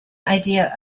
idea